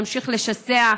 ימשיך לשסע.